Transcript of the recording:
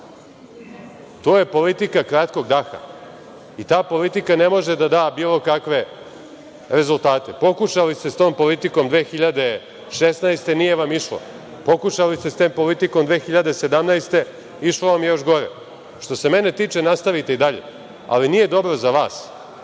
To je politika kratkog daha. Ta politika ne može da da bilo kakve rezultate. Pokušali ste sa tom politikom 2016. godine, nije vam išlo. Pokušali ste sa tom politikom 2017. godine, išlo vam je još gore. Što se mene tiče, nastavite i dalje, ali nije dobro za vas.